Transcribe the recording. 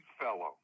fellow